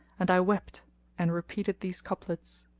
and i wept and repeated these couplets